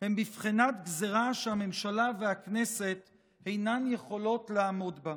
הם בבחינת גזרה שהממשלה והכנסת אינן יכולות לעמוד בה,